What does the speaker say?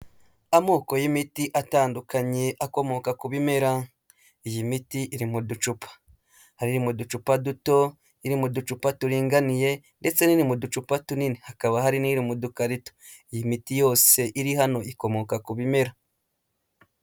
Amoko y'imiti atandukanye akomoka ku bimera, iyi miti iri mu ducupa hari iri mu ducupa duto, iri mu ducupa turinganiye ndetse n'iri mu ducupa tunini, hakaba hari n'iri mu dukarito, iyi miti yose iri hano ikomoka ku bimera.